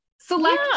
select